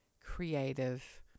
creative